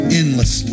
endless